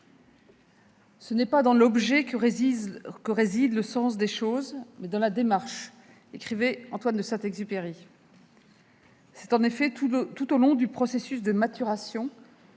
« ce n'est pas dans l'objet que réside le sens des choses, mais dans la démarche », écrivait Antoine de Saint-Exupéry. En effet, c'est bien tout au long de leur processus de maturation,